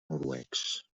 noruecs